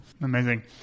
Amazing